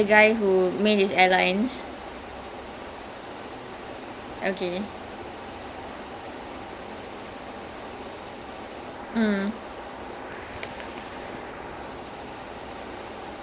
not mianah no no no no ya it's the guy who made his airlines so deccan airlines இருந்தது:irunthathu it was a low cost budget airline which was later acquired by vijay mallya so for kingfisher airlines